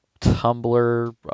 Tumblr